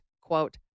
quote